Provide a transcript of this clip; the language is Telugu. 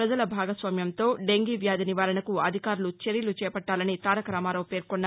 ప్రజల భాగస్వామ్యంతో దెంగీ వ్యాధి నివారణకు అధికారులు చర్యలు చేపట్టాలని తారక రామారావు పేర్కోన్నారు